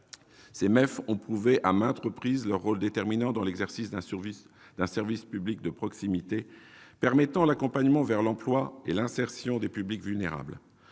Les MEF ont prouvé à maintes reprises leur rôle déterminant dans l'exercice d'un service public de proximité permettant l'accompagnement vers l'emploi et l'insertion des publics vulnérables.